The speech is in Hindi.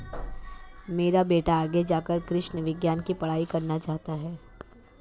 मेरा बेटा आगे जाकर कृषि विज्ञान की पढ़ाई करना चाहता हैं